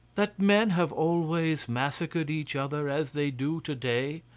that men have always massacred each other as they do to-day,